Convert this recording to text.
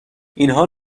اینها